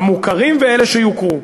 המוכרים ואלה שיוכרו.